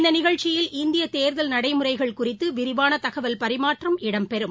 இந்தநிகழ்ச்சியில் இந்தியதேர்தல் நடைமுறைகள் குறித்துவிரிவானதகவல் பரிமாற்றம் இடம்பெறும்